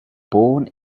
born